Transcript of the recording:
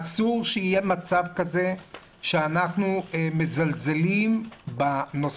אסור שיהיה מצב כזה שאנחנו מזלזלים בבטיחות.